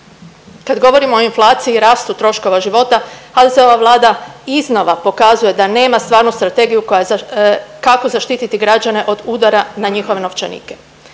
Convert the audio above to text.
Kad govorimo o inflaciji i rastu troškova života HDZ-ova Vlada iznova pokazuje da nema stvarnu strategiju kako zaštititi građane od udara na njihove novčanike.